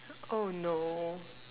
oh no